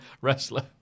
wrestler